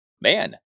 Man